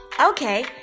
okay